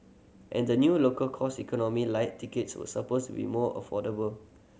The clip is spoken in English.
and the new local cost Economy Lite tickets were supposed with more affordable